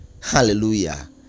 hallelujah